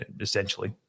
essentially